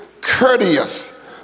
courteous